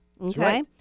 Okay